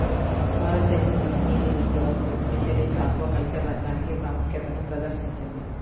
భారతదేశంలోని నీలి విప్లవం ఫిషరీస్ ఆక్వాకల్చర్ రంగానికి ప్రాముఖ్యతను ప్రదర్శించింది